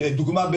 לדוגמה,